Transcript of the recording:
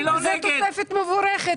זה תוספת מבורכת.